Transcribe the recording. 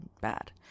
bad